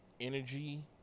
energy